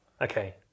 okay